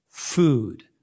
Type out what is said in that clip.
Food